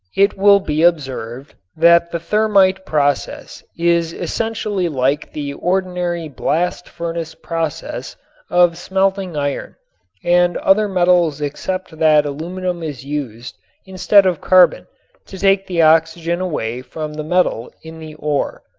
it will be observed that the thermit process is essentially like the ordinary blast furnace process of smelting iron and other metals except that aluminum is used instead of carbon to take the oxygen away from the metal in the ore.